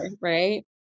Right